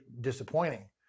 disappointing